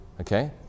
okay